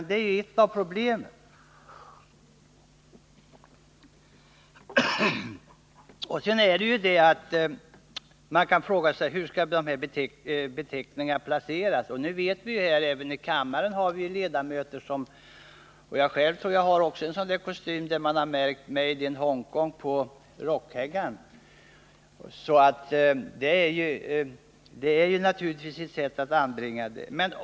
Det är ett av problemen, och sedan kan man fråga sig hur beteckningarna skall placeras. Jag har själv en kostym som var märkt ”Made in Hong Kong” på rockhängaren. Det är naturligtvis ett sätt att anbringa en sådan märkning.